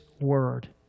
Word